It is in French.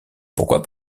pourquoi